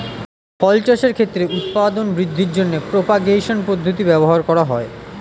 ফল চাষের ক্ষেত্রে উৎপাদন বৃদ্ধির জন্য প্রপাগেশন পদ্ধতি ব্যবহার করা হয়